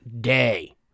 day